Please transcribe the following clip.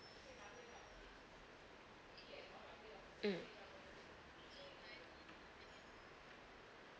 mm